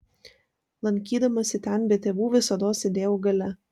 lankydamasi ten be tėvų visados sėdėjau gale